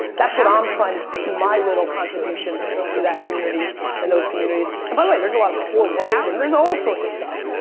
that's what i'm trying to do my little contribution to that community and those communities and by the way there's a lot of poor white and there's all sorts of stuff.